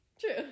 True